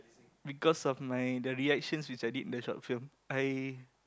because of my the reactions which I did the short film I